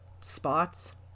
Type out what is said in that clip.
spots